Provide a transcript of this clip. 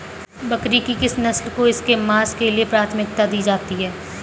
बकरी की किस नस्ल को इसके मांस के लिए प्राथमिकता दी जाती है?